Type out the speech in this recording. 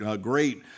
great